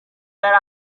yari